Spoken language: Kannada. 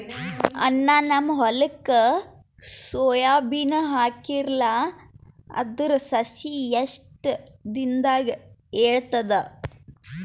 ಅಣ್ಣಾ, ನಿಮ್ಮ ಹೊಲಕ್ಕ ಸೋಯ ಬೀನ ಹಾಕೀರಲಾ, ಅದರ ಸಸಿ ಎಷ್ಟ ದಿಂದಾಗ ಏಳತದ?